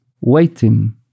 waiting